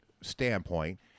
standpoint